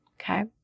Okay